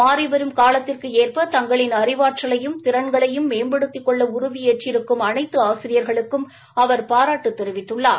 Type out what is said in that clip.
மாறிவரும் காலத்திற்கு ஏற்ப தங்களின் அறிவாற்றலையும் திறன்களையும் மேம்படுத்திக் கொள்ள உறுதியேற்றிருக்கும் அனைதது ஆசிரியர்களுக்கும் அவர் பாராட்டு தெரிவித்துள்ளார்